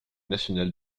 national